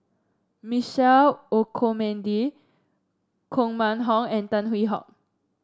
Michael Olcomendy Koh Mun Hong and Tan Hwee Hock